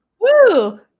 Woo